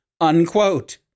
unquote